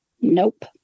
nope